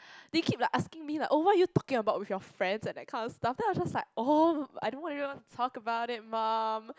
they keep like asking me like oh what're you talking about with friends and that kind of stuff then I was like oh I don't really want to talk about it mom